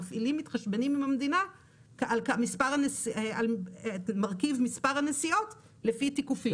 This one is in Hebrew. המפעילים מתחשבנים עם המדינה על מרכיב מספר הנסיעות לפי תיקופים.